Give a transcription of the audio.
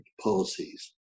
policies